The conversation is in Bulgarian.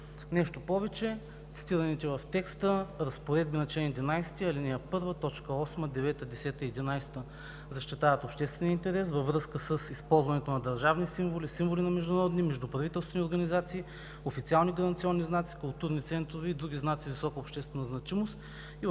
Нещо повече, цитираните в текста разпоредби на чл. 11, ал. 1, т. 8, 9, 10 и 11 защитават обществения интерес във връзка с използването на държавни символи, символи на международни и междуправителствени организации, официални гаранционни знаци, културни ценности и други знаци с висока обществена значимост,